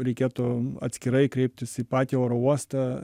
reikėtų atskirai kreiptis į patį oro uostą